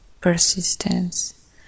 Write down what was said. persistence